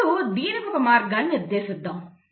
ఇప్పుడు దీనికి ఒక మార్గాన్ని నిర్దేశిద్దాం